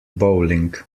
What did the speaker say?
bowling